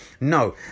no